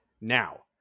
Now